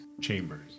chambers